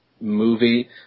movie